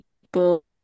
people